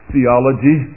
Theology